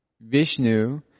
Vishnu